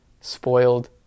spoiled